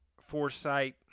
foresight